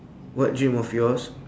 what dream of yours